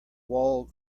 wall